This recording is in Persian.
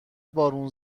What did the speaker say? بارون